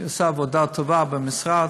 היא עושה עבודה טובה במשרד.